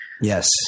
Yes